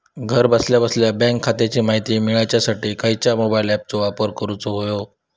घरा बसल्या बसल्या बँक खात्याची माहिती मिळाच्यासाठी खायच्या मोबाईल ॲपाचो वापर करूक होयो?